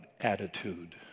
attitude